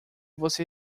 você